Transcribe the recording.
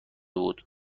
بود